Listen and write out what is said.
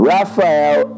Rafael